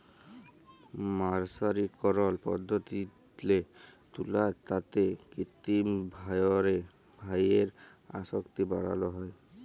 মের্সারিকরল পদ্ধতিল্লে তুলার তাঁতে কিত্তিম ভাঁয়রে ডাইয়ের আসক্তি বাড়ালো হ্যয়